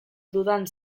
dudan